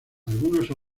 algunos